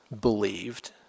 believed